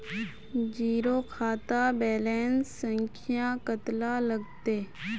Zero खाता balance संख्या कतला लगते?